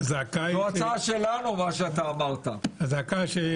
מה שאמרת, זה ההצעה שלנו.